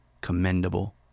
commendable